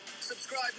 Subscribe